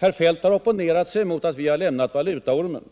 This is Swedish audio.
Herr Feldt har opponerat sig mot att vi har lämnat valutaormen,